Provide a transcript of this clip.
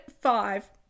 five